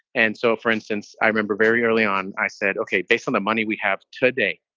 and so, for instance, i remember very early on, i said, ok. based on the money we have today,